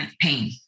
pain